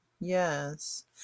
yes